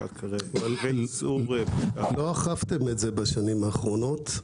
-- וייצור פריקת --- לא אכפתם את זה בשנים האחרונות,